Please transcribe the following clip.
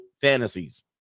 fantasies